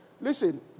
Listen